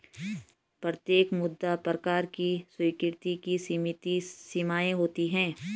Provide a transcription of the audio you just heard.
प्रत्येक मुद्रा प्रकार की स्वीकृति की सीमित सीमाएँ होती हैं